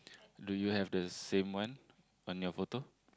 do you have the same one on your photo